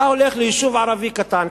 אתה הולך ליישוב ערבי קטן,